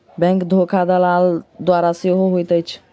bank धोखा दलाल द्वारा सेहो होइत अछि